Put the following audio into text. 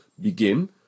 begin